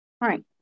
right